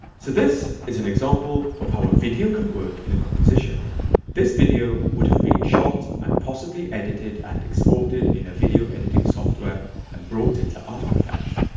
so this is an example of how a video can work in a compositio n and this video would have been shot and possibly edited and exported in a video editing software and brought into after effects,